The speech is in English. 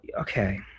okay